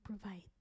provide